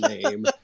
name